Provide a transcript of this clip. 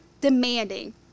demanding